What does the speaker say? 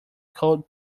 cold